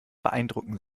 beeindrucken